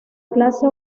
clase